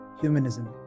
humanism